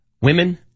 Women